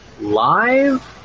live